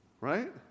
right